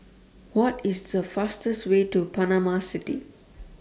What IS The fastest Way to Panama City